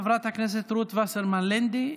חברת הכנסת רות וסרמן לנדה,